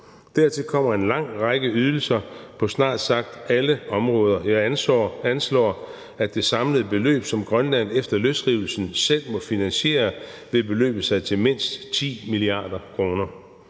Dertil kommer en lang række ydelser på snart sagt alle områder. Jeg anslår, at det samlede beløb, som Grønland efter løsrivelsen selv må finansiere, vil beløbe sig til mindst 10 mia. kr.